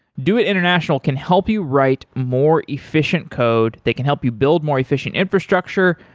doit international can help you write more efficient code. they can help you build more efficient infrastructure.